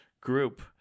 group